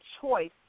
choice